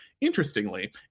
Interestingly